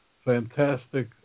fantastic